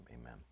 amen